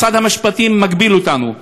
משרד המשפטים מגביל אותנו,